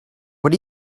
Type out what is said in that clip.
what